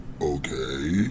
Okay